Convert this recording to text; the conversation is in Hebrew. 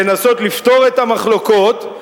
לנסות לפתור את המחלוקות,